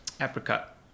apricot